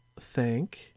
thank